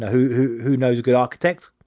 who who knows a good architect?